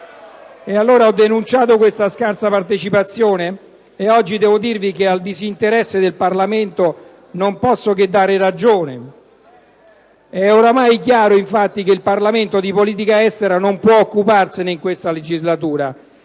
PdL)*. Ho denunciato questa scarsa partecipazione, ma oggi devo dirvi che al disinteresse del Parlamento non posso che dare ragione. È ormai chiaro, infatti, che il Parlamento di politica estera non può occuparsi in questa legislatura.